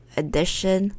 edition